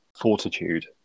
Fortitude